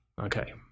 okay